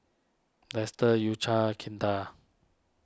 Dester U Cha Kinder